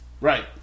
Right